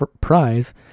prize